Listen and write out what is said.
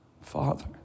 Father